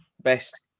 Best